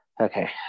okay